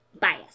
bias